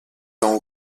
tant